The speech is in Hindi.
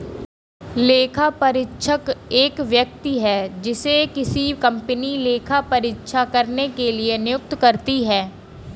लेखापरीक्षक एक व्यक्ति है जिसे किसी कंपनी लेखा परीक्षा करने के लिए नियुक्त करती है